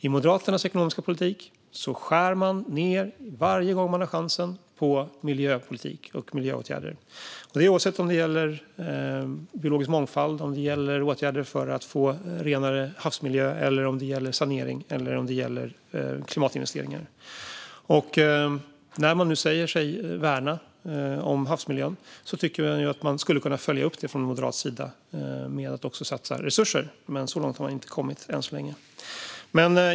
I Moderaternas ekonomiska politik skär man ned varje gång man har chansen på miljöpolitik och miljöåtgärder - oavsett om det gäller biologisk mångfald, åtgärder för att få en renare havsmiljö, sanering eller klimatinvesteringar. När man nu säger sig värna havsmiljön tycker jag att man skulle kunna följa upp det från moderat sida med att också satsa resurser, men så långt har man inte kommit än så länge.